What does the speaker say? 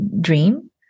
dream